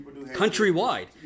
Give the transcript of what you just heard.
countrywide